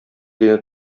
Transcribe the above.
дине